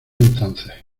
entonces